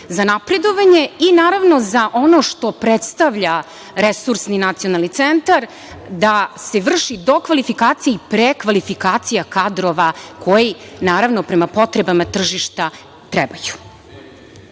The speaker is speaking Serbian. za napredovanje i za ono što predstavlja resursni nacionalni centar, da se vrši dokvalifikacija i prekvalifikacija kadrova koji, naravno, prema potrebama tržišta trebaju. Lokalno